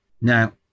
now